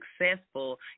successful